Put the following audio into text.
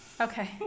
Okay